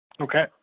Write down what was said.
Okay